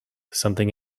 something